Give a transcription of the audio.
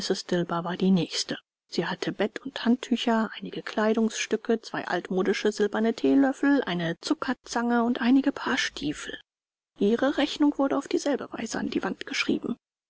war die nächste sie hatte bett und handtücher einige kleidungsstücke zwei altmodische silberne theelöffel eine zuckerzange und einige paar stiefel ihre rechnung wurde auf dieselbe weise an die wand geschrieben